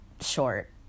short